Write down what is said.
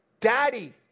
Daddy